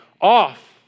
off